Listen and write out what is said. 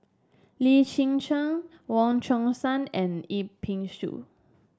Lim Chwee Chian Wong Chong Sai and Yip Pin Xiu